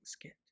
get